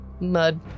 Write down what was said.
Mud